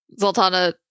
Zoltana